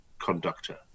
conductor